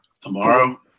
Tomorrow